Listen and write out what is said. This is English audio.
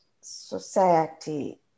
society